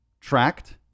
tracked